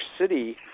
City